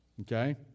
Okay